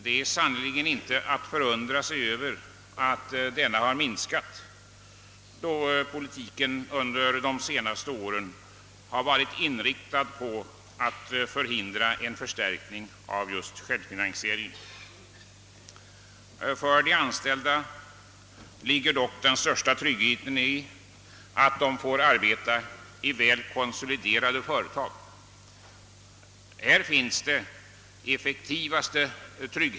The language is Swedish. Det är sannerligen inte att förundra sig över att denna har minskat, då politiken under de senaste åren har varit inriktad på att förhindra en förstärkning av just självfinansieringen. För de anställda ligger dock den största tryggheten i att de får arbeta i väl konsoliderade företag.